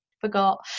forgot